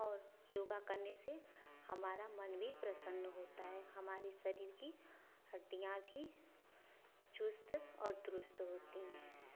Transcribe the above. और योगा करने से हमारा मन भी प्रसन्न होता है हमारे शरीर की हड्डियाँ भी चुस्त और दुरुस्त होती हैं